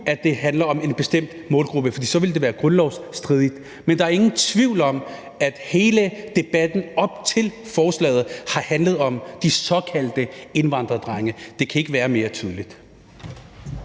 at det handler om en bestemt målgruppe, for så ville det være grundlovsstridigt, men der er ingen tvivl om, at hele debatten op til forslaget har handlet om de såkaldte indvandrerdrenge. Det kan ikke være mere tydeligt.